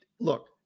look